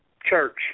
church